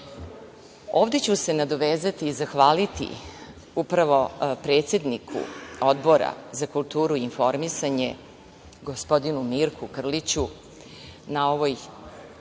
ću se nadovezati i zahvaliti upravo predsedniku Odbora za kulturu i informisanje, gospodinu Mirku Krliću, na ovoj